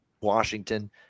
Washington